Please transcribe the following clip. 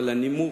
אבל הנימוק,